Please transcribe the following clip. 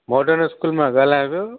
modern school मां ॻाल्हायां पियो